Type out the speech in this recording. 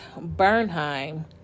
Bernheim